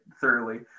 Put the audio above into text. thoroughly